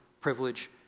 privilege